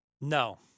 No